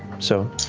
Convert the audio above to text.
so.